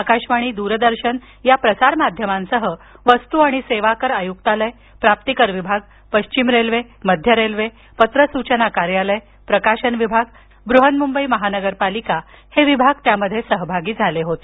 आकाशवाणी द्रदर्शन या प्रसारमाध्यमांसह वस्तू आणि सेवा कर आयुक्तालय प्राप्तीकर विभाग पश्चिम रेल्वे मध्य रेल्वे पत्र सूचना कार्यालय प्रकाशन विभाग फिल्मस डिव्हीजन ब्रहन्मुंबई महानगरपालिका हे विभाग यात सहभागी झाले होते